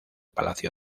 palacio